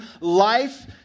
life